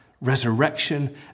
resurrection